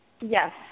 Yes